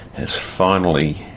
has finally